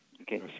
Okay